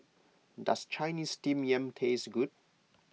does Chinese Steamed Yam taste good